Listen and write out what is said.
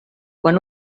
quan